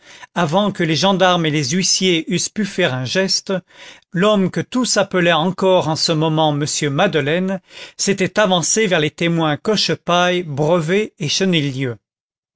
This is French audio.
avant que les gendarmes et les huissiers eussent pu faire un geste l'homme que tous appelaient encore en ce moment m madeleine s'était avancé vers les témoins cochepaille brevet et